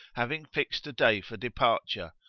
having fixed a day for departure,